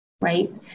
right